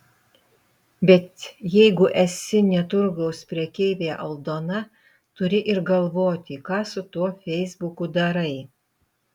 bet jeigu esi ne turgaus prekeivė aldona turi ir galvoti ką su tuo feisbuku darai